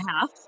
half